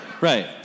right